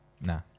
Nah